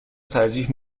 ترجیح